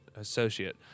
associate